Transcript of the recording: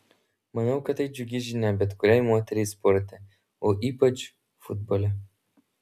manau kad tai džiugi žinia bet kuriai moteriai sporte o ypač futbole